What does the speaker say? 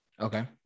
Okay